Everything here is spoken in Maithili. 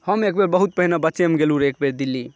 हम एकबेर बहुत पहिने बच्चेमे गेलू रहए एकबेर दिल्ली